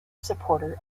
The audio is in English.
supporter